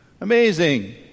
Amazing